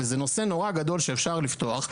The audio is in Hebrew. וזה נושא נורא גדול שאפשר לפתוח,